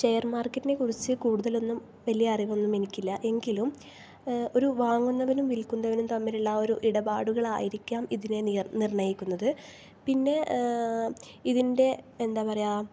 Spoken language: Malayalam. ഷെയർ മാർക്കെറ്റിനെക്കുറിച്ച് കൂടുതലൊന്നും വലിയ അറിവൊന്നും എനിക്കില്ല എങ്കിലും ഒരു വാങ്ങുന്നതിനും വിൽക്കുന്നതിനും തമ്മിലുള്ള ഒരു ഇടപാടുകൾ ആയിരിക്കാം ഇതിനെ നിയ നിർണ്ണയിക്കുന്നത് പിന്നെ ഇതിൻ്റെ എന്താ പറയുക